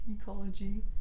Ecology